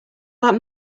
that